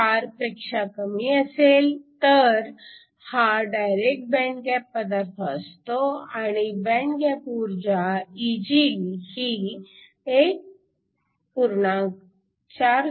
4 पेक्षा कमी असेल तर हा डायरेक्ट बँड गॅप पदार्थ असतो आणि बँड गॅप ऊर्जा Eg ही 1